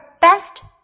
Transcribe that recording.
best